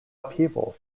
upheaval